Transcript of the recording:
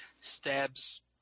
Stabs